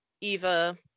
Eva